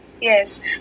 yes